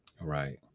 Right